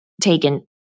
taken